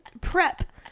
prep